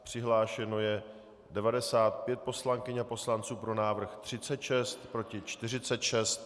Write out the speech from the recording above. Přihlášeno je 95 poslankyň a poslanců, pro návrh 36, proti 46.